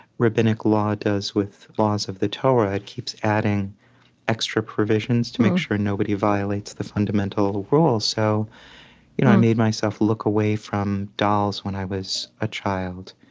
rabbinic law does with laws of the torah. it keeps adding extra provisions to make sure nobody violates the fundamental rules so you know i made myself look away from dolls when i was a child,